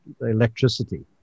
electricity